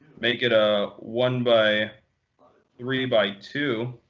make it a one by three by two,